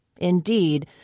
Indeed